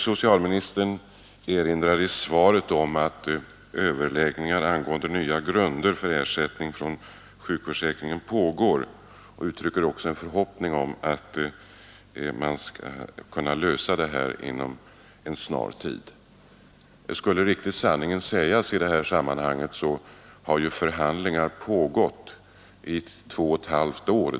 Socialministern erinrar i svaret om att överläggningar angående nya grunder för ersättning från sjukförsäkringen pågår och uttrycker också en förhoppning om att man skall kunna lösa frågan inom en snar framtid. Skulle man säga sanningen i det här sammanhanget, har ju förhandlingar pågått i två och ett halvt år.